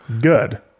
good